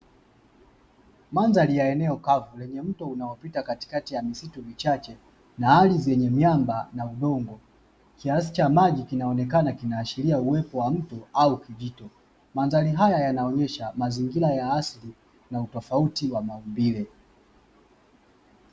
Mandhari ya eneo kavu lenye mto unaopita katikati ya misitu michache na ardhi yenye miamba na udongo, kiasi cha maji kinaonekana kinaashiria uwepo wa mto au vijito. Mandhari haya yanaonyesha mazingira ya asili na utofauti wa maumbile.